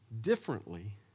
differently